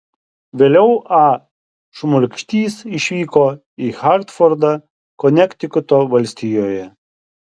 vėliau a šmulkštys išvyko į hartfordą konektikuto valstijoje